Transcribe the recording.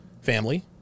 family